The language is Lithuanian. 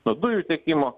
nuo dujų tiekimo